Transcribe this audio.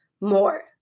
more